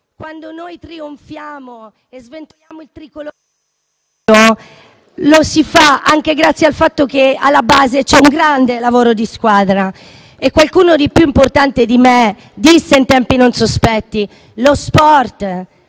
quando trionfiamo e sventoliamo il Tricolore, lo facciamo anche grazie al fatto che alla base c'è un grande lavoro di squadra. Qualcuno più importante di me disse in tempi non sospetti che lo sport